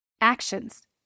Actions